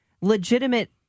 legitimate